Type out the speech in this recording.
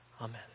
Amen